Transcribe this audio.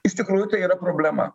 iš tikrųjų tai yra problema